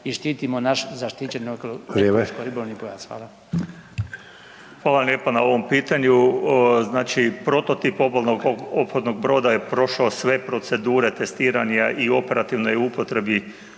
Vrijeme.) Hvala. **Jakop, Zdravko** Hvala vam lijepa na ovom pitanju. Znači, prototip obalnog ophodnog broda je prošao sve procedure testiranja i u operativnoj je upotrebi